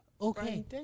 okay